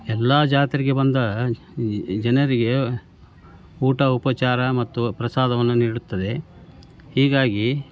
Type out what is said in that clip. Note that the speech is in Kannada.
ಎಲ್ಲಾ ಜಾತ್ರೆಗೆ ಬಂದಾಗ ಈ ಜನರಿಗೆ ಊಟ ಉಪಚಾರ ಮತ್ತು ಪ್ರಸಾದವನ್ನು ನೀಡುತ್ತದೆ ಹೀಗಾಗಿ